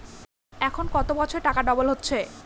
এখন কত বছরে টাকা ডবল হচ্ছে?